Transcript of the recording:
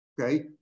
okay